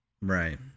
right